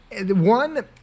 One